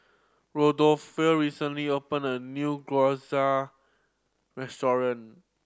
Rodolfo recently open a new Gyoza Restaurant